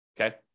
Okay